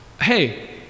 Hey